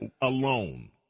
alone